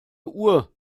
uhr